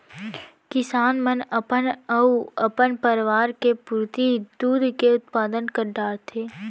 किसान मन अपन अउ अपन परवार के पुरती दूद के उत्पादन कर डारथें